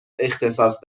اختصاص